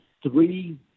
Three